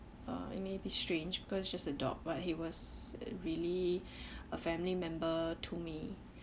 uh it may be strange because just a dog but he was really a family member to me